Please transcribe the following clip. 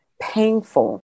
painful